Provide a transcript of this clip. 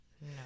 No